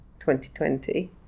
2020